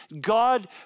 God